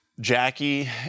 Jackie